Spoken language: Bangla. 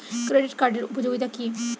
ক্রেডিট কার্ডের উপযোগিতা কি?